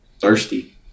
Thirsty